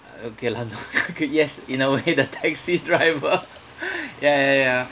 okay lah no yes in a way the taxi driver ya ya ya